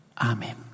Amen